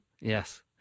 yes